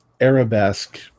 arabesque